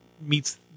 meets